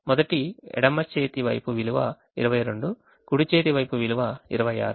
మొదట ఎడమ చేతి వైపు విలువ 22 కుడి చేతి వైపు విలువ 26